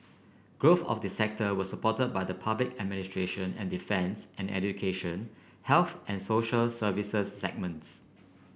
growth of the sector was support by the public administration and defence and education health and social services segments